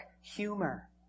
humor